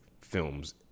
films